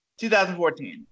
2014